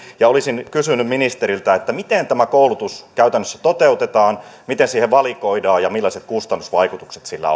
olisin kysynyt ministeriltä miten tämä koulutus käytännössä toteutetaan miten siihen valikoidaan ja millaiset kustannusvaikutukset sillä